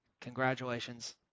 Congratulations